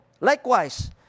Likewise